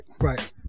right